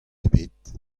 ebet